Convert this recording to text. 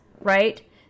right